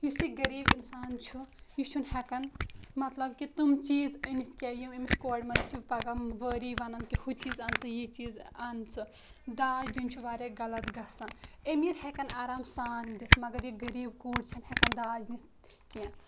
یُس یہِ غریٖب اِنسان چھُ یہِ چھُنہٕ ہٮ۪کان مطلب کہِ تِم چیٖز أنِتھ کیٚنہہ یِم أمِس کورِ منٛز چھِ پگاہ وٲری وَنان کہِ ہُہ چیٖز اَن ژٕ یہِ چیٖز اَن ژٕ داج دیُن چھِ واریاہ غلط گژھان امیٖر ہٮ۪کان آرام سان دِتھ مگر یہِ غریٖب کوٗر چھَنہٕ ہٮ۪کان داج نِتھ کیٚنہہ